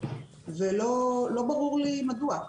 ולא ברור לי מדוע.